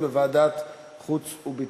חברים,